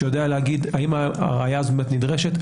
שיודע להגיד אם הראיה הזאת באמת נדרשת,